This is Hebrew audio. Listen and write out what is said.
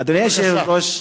אדוני היושב-ראש,